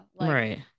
right